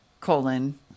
colon